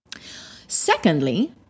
Secondly